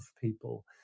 people